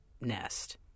nest